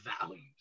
values